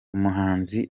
umuhanzi